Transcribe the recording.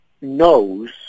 knows